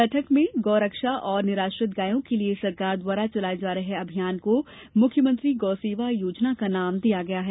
बैठक में गौ रक्षा एवं निराश्रित गायों के लिए सरकार द्वारा चलाए जा रहे अभियान को मुख्यमंत्री गौ सेवा योजना नाम दिया गया है